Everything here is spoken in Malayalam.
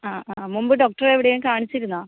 ആ ആ മുമ്പ് ഡോക്റ്ററെ എവിടേലും കാണിച്ചിരുന്നോ